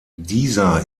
dieser